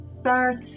start